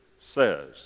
says